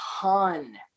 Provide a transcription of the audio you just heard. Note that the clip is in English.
ton